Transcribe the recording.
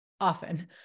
often